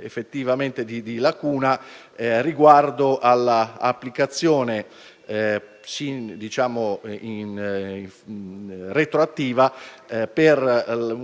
effettivamente di lacuna riguardo all'applicazione retroattiva per